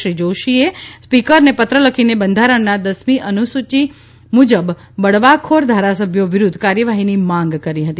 શ્રી જોશીએ સ્પીકરને પત્ર લખીને બંધારણના દસમી અનુસૂચિ મુજબ બળવાખોર ધારાસભ્યો વિરુદ્ધ કાર્યવાહીની માંગ કરી હતી